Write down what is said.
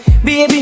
Baby